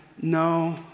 no